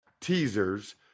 teasers